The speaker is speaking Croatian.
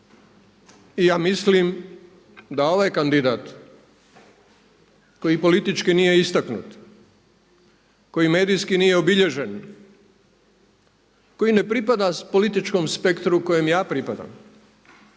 i ja mislim da ovaj kandidat koji politički nije istaknut, koji medijski nije obilježen, koji ne pripada političkom spektru kojem ja pripadam